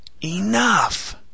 Enough